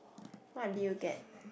what did you get